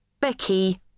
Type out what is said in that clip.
Becky